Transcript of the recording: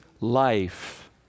life